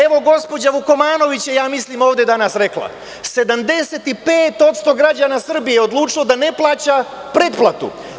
Evo, gospođa Vukomanović je ovde danas rekla da 75% građana Srbije je odlučilo da ne plaća pretplatu.